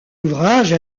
ouvrage